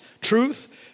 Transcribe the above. Truth